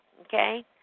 okay